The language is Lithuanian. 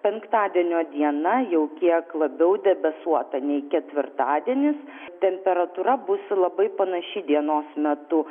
penktadienio diena jau kiek labiau debesuota nei ketvirtadienis temperatūra bus labai panaši dienos metu